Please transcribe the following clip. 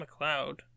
McCloud